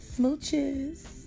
Smooches